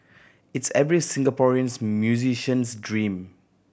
it's every Singaporeans musician's dream